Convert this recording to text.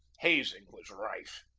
hazing was rife.